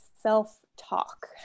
self-talk